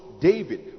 david